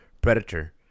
Predator